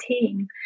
team